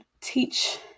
teach